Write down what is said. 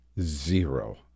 Zero